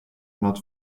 not